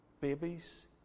babies